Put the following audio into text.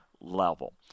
level